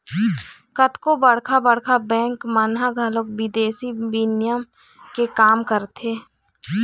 कतको बड़का बड़का बेंक मन ह घलोक बिदेसी बिनिमय के काम करथे